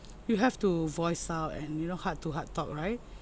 you have to voice out and you know heart-to-heart talk right